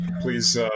please